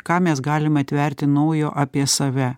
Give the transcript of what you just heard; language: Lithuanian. ką mes galim atverti naujo apie save